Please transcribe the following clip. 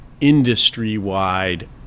industry-wide